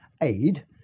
aid